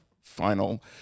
final